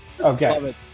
Okay